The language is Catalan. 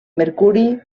mercuri